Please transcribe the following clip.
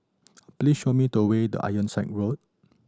please show me the way to Ironside Road